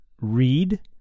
read